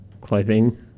clothing